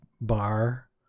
bar